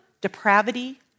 depravity